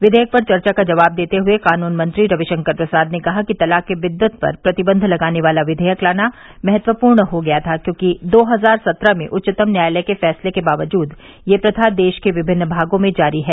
विधेयक पर चर्चा का जवाब देते हुए कानून मंत्री रविशंकर प्रसाद ने कहा कि तलाक ए बिद्दत पर प्रतिबंध लगाने वाला विधेयक लाना महत्वपूर्ण हो गया था क्योंकि दो हजार सत्रह में उच्चतम न्यायालय के फैसले के बावजुद यह प्रथा देश के विभिन्न भागों में जारी है